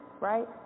right